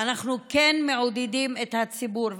ואנחנו כן מעודדים את הציבור,